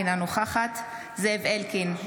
אינה נוכחת זאב אלקין,